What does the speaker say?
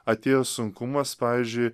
atėjo sunkumas pavyzdžiui